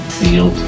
feel